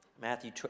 Matthew